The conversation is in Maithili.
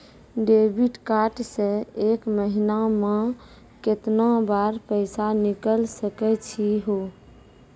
डेबिट कार्ड से एक महीना मा केतना बार पैसा निकल सकै छि हो?